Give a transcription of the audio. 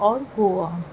اور گووا